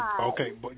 Okay